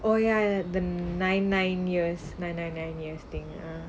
oh ya the nine nine years nine nine nine yesterday